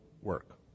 work